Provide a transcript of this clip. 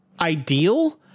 ideal